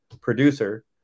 producer